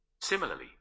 Similarly